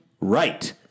right